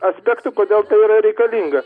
aspektų kodėl tai yra reikalinga